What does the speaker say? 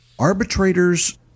Arbitrators